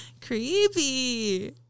Creepy